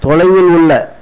தொலைவில் உள்ள